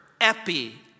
epi